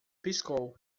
piscou